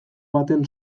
baten